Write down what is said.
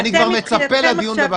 לא להפריע לי.